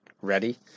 ready